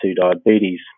diabetes